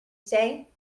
say